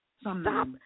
Stop